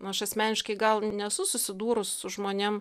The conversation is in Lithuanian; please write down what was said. aš asmeniškai gal nesu susidūrus su žmonėm